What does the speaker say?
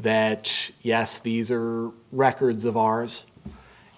that yes these are records of ours